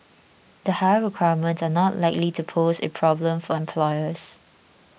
the higher requirements are not likely to pose a problem for employers